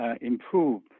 improve